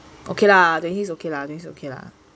okay lah twenty six okay lah twenty six okay lah